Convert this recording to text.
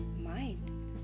Mind